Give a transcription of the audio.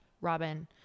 Robin